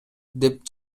деп